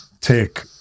take